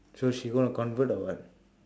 so she gonna convert or what